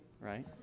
right